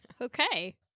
Okay